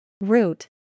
Root